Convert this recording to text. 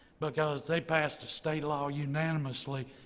because they passed a state law unanimously.